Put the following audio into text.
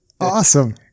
Awesome